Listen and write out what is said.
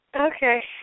Okay